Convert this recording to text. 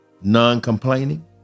non-complaining